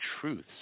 truths